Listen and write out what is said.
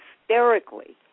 hysterically